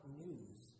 news